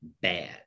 bad